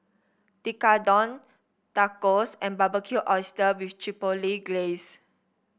Tekkadon Tacos and Barbecued Oysters with Chipotle Glaze